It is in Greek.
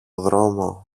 δρόμο